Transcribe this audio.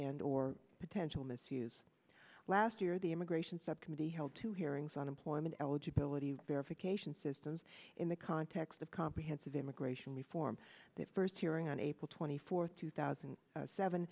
and or potential misuse last year the immigration subcommittee held two hearings on employment eligibility verification systems in the context of comprehensive immigration reform that first hearing on april twenty fourth two thousand and seven